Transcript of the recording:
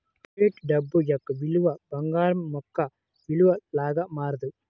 fiat డబ్బు యొక్క విలువ బంగారం యొక్క విలువ లాగా మారదు